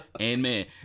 Amen